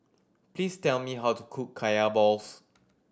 please tell me how to cook Kaya balls